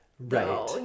right